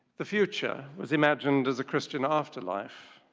the future was imagined as a christian afterlife.